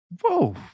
Whoa